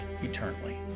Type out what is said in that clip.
eternally